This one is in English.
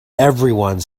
everyone